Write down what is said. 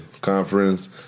conference